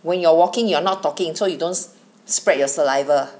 when you're walking you're not talking so you don't s~ spread your saliva